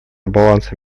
баланса